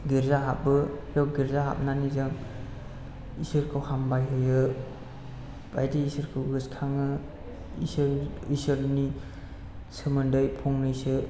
गिर्जा हाबो गिर्जा हाबनानै जों इसोरखौ हामबाय होयो बायदि इसोरखौ गोसोखाङो इसोरनि सोमोन्दै फंनैसो